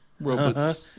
robots